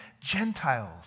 Gentiles